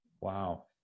Wow